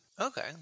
Okay